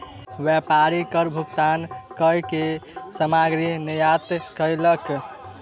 व्यापारी कर भुगतान कअ के सामग्री निर्यात कयलक